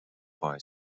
boy